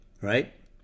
right